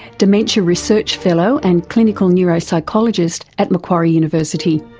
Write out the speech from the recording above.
dementia research fellow and clinical neuropsychologist at macquarie university.